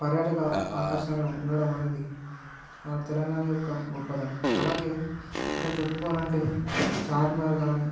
పర్యాటక ఆకర్షణ ఉండడం అనేది మన తెలంగాణ యొక్క గొప్పదనం అలాగే ఇంకా చెప్పుకోవాలి అంటే చార్మినార్ కానీ